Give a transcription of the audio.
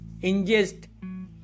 ingest